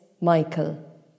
Michael